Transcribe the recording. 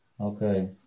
Okay